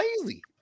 lazy